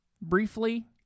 briefly